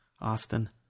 Austin